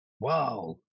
wow